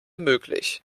möglich